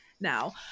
now